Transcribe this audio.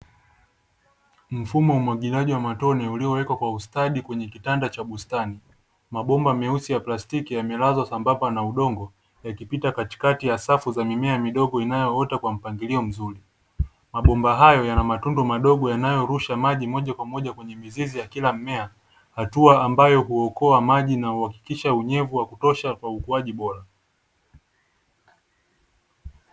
Mfumo wa umwagiliaji wa matone uliowekwa kwa ustadi kwenye kitanda cha bustani, mabomba meusi ya plastiki yamelazwa sambamba na udongo yakipita katikati ya safu za mimea midogo inayoota kwa mpangilio mzuri. Mabomba hayo yana matundu madogo yanayorusha maji moja kwa moja kwenye mizizi ya kila mmea, hatua ambayo huokoa maji na huhakikisha unyevu wa kutosha kwa ukuaji bora.